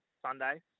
Sunday